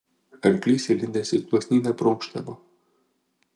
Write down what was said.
arklys įlindęs į gluosnyną prunkštavo